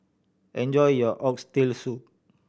enjoy your Oxtail Soup